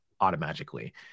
automatically